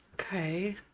Okay